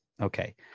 okay